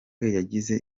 yagize